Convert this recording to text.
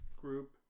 group